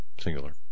singular